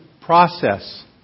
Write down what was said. process